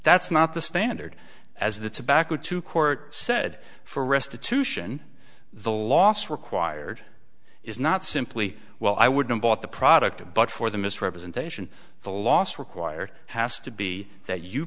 that's not the standard as the tobacco to court said for restitution the loss required is not simply well i wouldn't bought the product but for the misrepresentation the loss required has to be that you